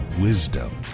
wisdom